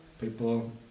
people